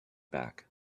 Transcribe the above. back